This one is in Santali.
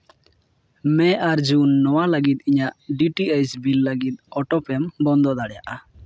ᱢᱮ ᱟᱨ ᱡᱩᱱ ᱱᱚᱣᱟ ᱞᱟᱹᱜᱤᱫ ᱤᱧᱟᱹᱜ ᱰᱤ ᱴᱤ ᱮᱭᱤᱪ ᱵᱤᱞ ᱞᱟᱹᱜᱤᱫ ᱚᱴᱳ ᱯᱮᱢ ᱵᱚᱱᱫᱚ ᱫᱟᱲᱮᱭᱟᱜᱼᱟ